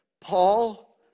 Paul